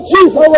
Jesus